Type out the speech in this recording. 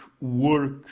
work